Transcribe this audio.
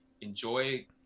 enjoy